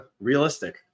realistic